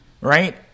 right